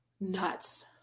Nuts